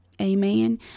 Amen